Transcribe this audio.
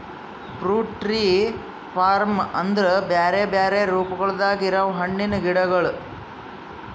fruit tree form ಅಂದುರ್ ಬ್ಯಾರೆ ಬ್ಯಾರೆ ರೂಪಗೊಳ್ದಾಗ್ ಇರವು ಹಣ್ಣಿನ ಗಿಡಗೊಳ್